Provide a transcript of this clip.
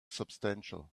substantial